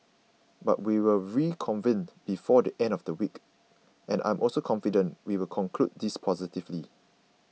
but we will reconvene before the end of the week and I am also confident we will conclude this positively